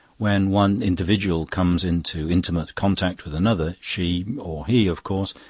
when one individual comes into intimate contact with another, she or he, of course,